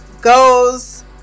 Goes